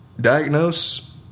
diagnose